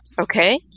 okay